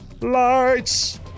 lights